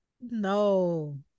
No